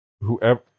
whoever